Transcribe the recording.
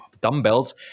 dumbbells